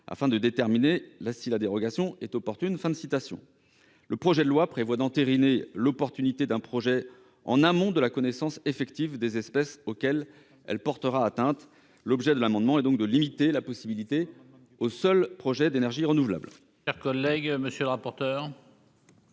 afin de déterminer si la dérogation est opportune. Le projet de loi prévoit d'entériner l'opportunité d'un projet d'EnR en amont de la connaissance effective des espèces auxquelles il portera atteinte. L'objet de cet amendement est donc de limiter la possibilité accordée par cet article aux seuls